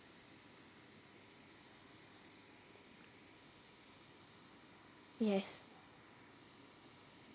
yes